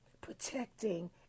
protecting